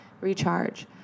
Recharge